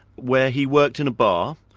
where he worked in a bar,